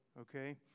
Okay